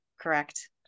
correct